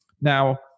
Now